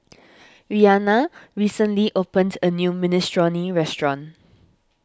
Reanna recently opened a new Minestrone restaurant